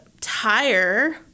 tire